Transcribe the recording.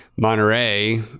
Monterey